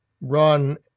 run